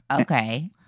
okay